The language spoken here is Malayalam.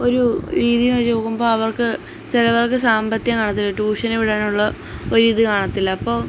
ഒരു രീതിയും രൂപവും ഭാവവുമൊക്കെ ചിലവർക്ക് സാമ്പത്തികം കാണത്തില്ല ട്യൂഷന് വിടാനുള്ള ഒരിത് കാണത്തില്ല അപ്പോള്